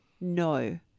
no